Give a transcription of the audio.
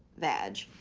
vag.